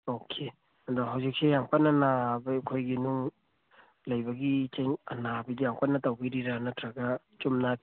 okay ꯑꯗꯣ ꯍꯧꯖꯤꯛꯁꯦ ꯌꯥꯝ ꯀꯟꯅ ꯅꯥꯕꯒꯤ ꯑꯩꯈꯣꯏꯒꯤ ꯅꯨꯡ ꯂꯩꯕꯒꯤ ꯅꯥꯕꯒꯤꯗꯨ ꯌꯥꯝ ꯀꯟꯅ ꯇꯧꯕꯤꯔꯤꯔ ꯅꯠꯇ꯭ꯔꯒ ꯆꯨꯝꯅ